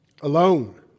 alone